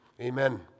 Amen